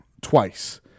Twice